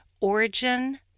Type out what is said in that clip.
Origin